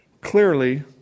Clearly